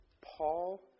Paul